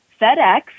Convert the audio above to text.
FedEx